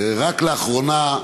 רק לאחרונה,